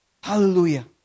Hallelujah